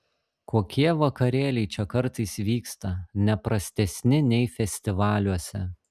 kokie vakarėliai čia kartais vyksta ne prastesni nei festivaliuose